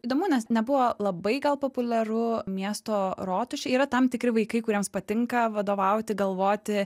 įdomu nes nebuvo labai gal populiaru miesto rotušė yra tam tikri vaikai kuriems patinka vadovauti galvoti